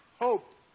hope